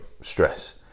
stress